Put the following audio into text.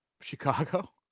Chicago